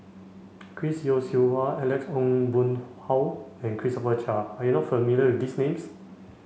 Chris Yeo Siew Hua Alex Ong Boon Hau and Christopher Chia are you not familiar with these names